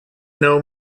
know